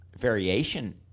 variation